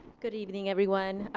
good evening everyone.